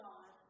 God